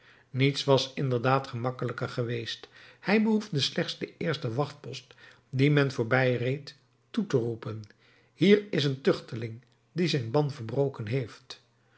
niets was inderdaad gemakkelijker geweest hij behoefde slechts den eersten wachtpost dien men voorbijreed toe te roepen hier is een tuchteling die zijn ban verbroken heeft